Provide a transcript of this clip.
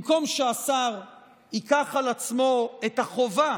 במקום שהשר ייקח על עצמו את החובה